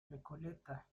recoleta